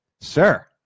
sir